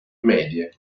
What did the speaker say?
medie